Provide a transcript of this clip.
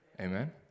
Amen